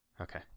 Okay